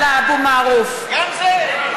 גם זה?